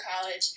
college